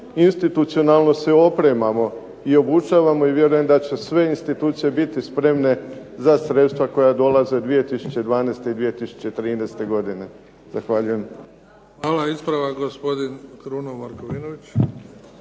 institucionalno se opremamo i obučavamo i vjerujem da će sve institucije biti spremne za sredstava koja dolaze 2012. i 2013. godine. Zahvaljujem. **Bebić, Luka (HDZ)** Hvala. Ispravak gospodin Kruno Markovinović.